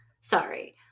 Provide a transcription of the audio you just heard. sorry